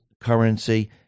currency